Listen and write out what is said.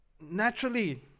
naturally